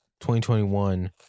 2021